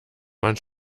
man